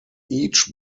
each